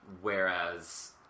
Whereas